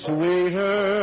Sweeter